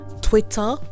Twitter